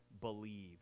believe